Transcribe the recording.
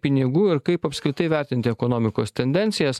pinigų ir kaip apskritai vertint ekonomikos tendencijas